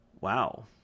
Wow